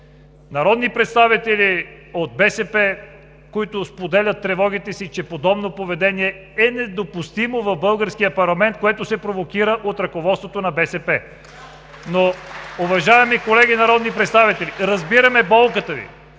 народни представители от БСП, които споделят тревогите си, че подобно поведение е недопустимо в българския парламент, което се провокира от ръководството на БСП. (Ръкопляскания от ГЕРБ.) Уважаеми колеги народни представители, разбираме болката Ви,